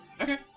Okay